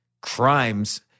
crimes